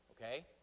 Okay